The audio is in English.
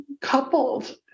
coupled